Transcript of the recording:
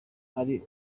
ari